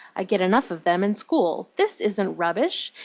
i get enough of them in school. this isn't rubbish!